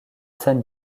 scènes